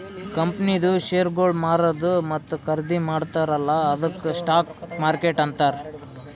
ಕಂಪನಿದು ಶೇರ್ಗೊಳ್ ಮಾರದು ಮತ್ತ ಖರ್ದಿ ಮಾಡ್ತಾರ ಅಲ್ಲಾ ಅದ್ದುಕ್ ಸ್ಟಾಕ್ ಮಾರ್ಕೆಟ್ ಅಂತಾರ್